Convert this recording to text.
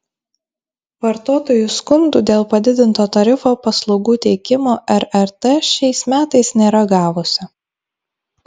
vartotojų skundų dėl padidinto tarifo paslaugų teikimo rrt šiais metais nėra gavusi